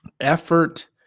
effort